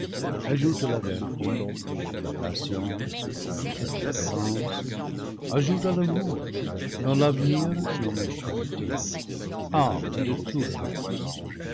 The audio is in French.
ajoute la vertu la patience la tempérance ajoute l'amour dans l'avenir nommé charité âme de tout le reste